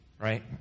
right